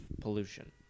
pollution